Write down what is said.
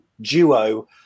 duo